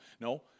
No